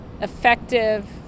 effective